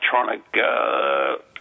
electronic